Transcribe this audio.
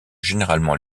généralement